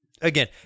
Again